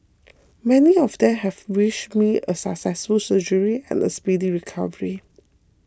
many of them have wished me a successful surgery and a speedy recovery